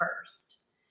first